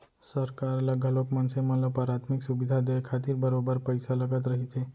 सरकार ल घलोक मनसे मन ल पराथमिक सुबिधा देय खातिर बरोबर पइसा लगत रहिथे